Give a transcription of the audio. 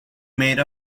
made